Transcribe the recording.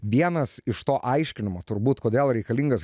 vienas iš to aiškinimo turbūt kodėl reikalingas